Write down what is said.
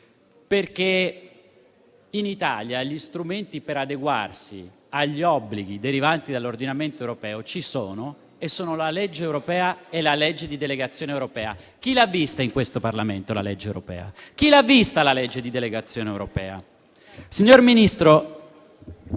Perché in Italia gli strumenti per adeguarsi agli obblighi derivanti dall'ordinamento europeo ci sono e sono la legge europea e la legge di delegazione europea. Chi l'ha vista in questo Parlamento la legge europea? Chi ha visto la legge di delegazione europea? Signor Ministro,